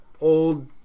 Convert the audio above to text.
old